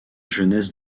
jeunesse